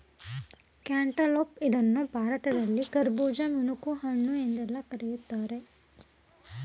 cantaloupe ಇದನ್ನು ಭಾರತದಲ್ಲಿ ಕರ್ಬುಜ, ಮಿಣಕುಹಣ್ಣು ಎಂದೆಲ್ಲಾ ಕರಿತಾರೆ